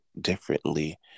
differently